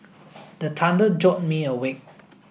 the thunder jolt me awake